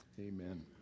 amen